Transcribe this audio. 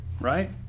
right